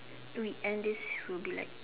till we end this should be like